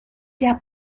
der